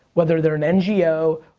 whether they're an ngo,